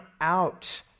out